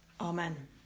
Amen